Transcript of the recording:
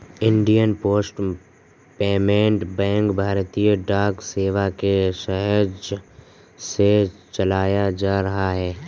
Indian post payment bank भारतीय डाक सेवा के सौजन्य से चलाया जा रहा है